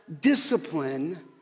discipline